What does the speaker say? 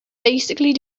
basically